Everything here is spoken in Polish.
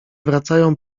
wracają